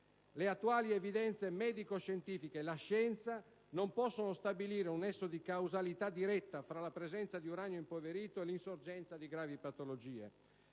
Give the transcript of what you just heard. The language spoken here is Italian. Le attuali evidenze medico-scientifiche, la scienza, non possono stabilire un nesso di causalità diretta fra la presenza di uranio impoverito e l'insorgenza di gravi patologie.